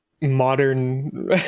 modern